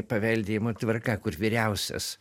paveldėjimo tvarka kur vyriausias